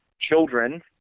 children